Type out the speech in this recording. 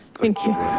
thank you.